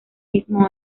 mismo